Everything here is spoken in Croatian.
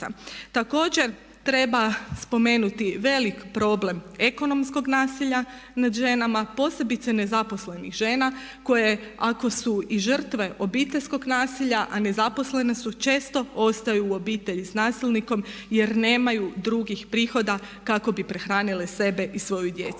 Također, treba spomenuti veliki problem ekonomskog nasilja nad ženama, posebice nezaposlenih žena koje ako su i žrtve obiteljskog nasilja, a nezaposlene su često ostaju u obitelji s nasilnikom jer nemaju drugih prihoda kako bi prehranile sebe i svoju djecu.